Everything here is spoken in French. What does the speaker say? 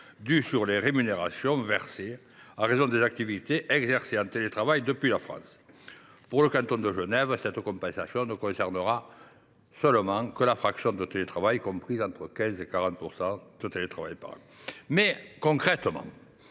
dus sur les rémunérations versées à raison des activités exercées en télétravail depuis la France. Pour le canton de Genève, cette compensation ne concernera que la fraction de télétravail comprise entre 15 % et 40 % de télétravail par an. Quel sera le